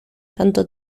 tanto